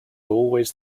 always